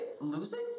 losing